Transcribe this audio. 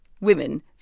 women